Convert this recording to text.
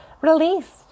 released